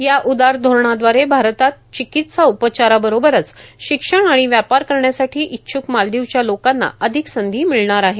या उदार धोरणादवारे भारतात चिकित्सा उपचाराबरोबरच शिक्षण आणि व्यापार करण्यासाठी इच्छ्क मालदीवच्या लोकांना अधिक संधी मिळणार आहेत